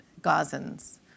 Gazans